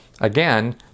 again